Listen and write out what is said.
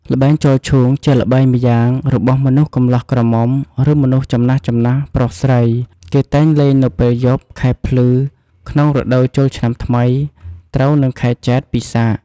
ល្បែងចោលឈូង ជាល្បែងម្យ៉ាង របស់មនុស្សកំលោះក្រមុំ ឬមនុស្សចំណាស់ៗ ប្រុសស្រី គេតែងលេងនៅពេលយប់ ខែភ្លឺ ក្នុងរដូវចូលឆ្នាំថ្មី ត្រូវនិង ខែចេត្រ ពិសាខ។